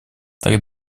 так